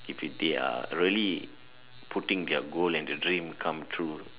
if the they are really putting their goal and their dream come true